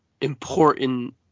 important